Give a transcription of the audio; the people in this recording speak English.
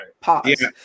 Pause